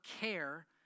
care